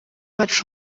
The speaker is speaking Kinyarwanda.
bacu